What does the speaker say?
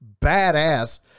badass